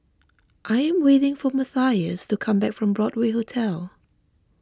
I am waiting for Mathias to come back from Broadway Hotel